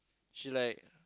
she like